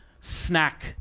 Snack